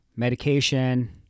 medication